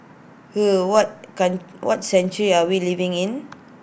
er what can what century are we living in